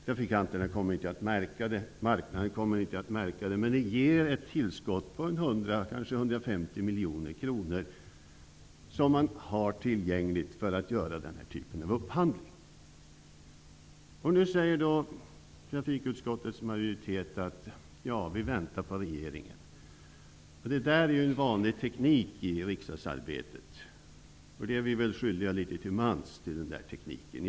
Trafikanterna kommer inte att märka det, marknaden kommer inte att märka det, men det ger ett tillskott på 100 miljoner, kanske 150 mijoner kronor, som man kan använda för den här typen av upphandling. Trafikutskottets majoritet säger nu att man väntar på regeringen. Det där är ju en vanlig teknik i riksdagsarbetet, och vi är väl litet till mans skyldiga till att använda den där tekniken.